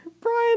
Brian